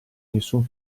nessun